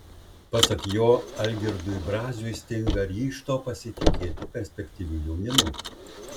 pasak jo algirdui braziui stinga ryžto pasitikėti perspektyviu jaunimu